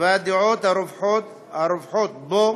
והדעות הרווחות בו,